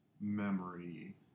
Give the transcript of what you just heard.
memory